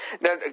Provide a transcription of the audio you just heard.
Now